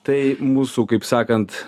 tai mūsų kaip sakant